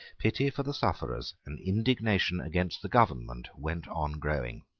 pity for the sufferers and indignation against the government went on growing.